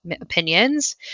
opinions